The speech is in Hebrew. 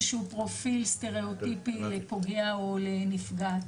שהוא פרופיל סטריאוטיפי לפוגע או לנפגעת.